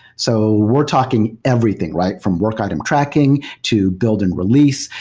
so we're talking everything, right? from work item tracking, to build and release,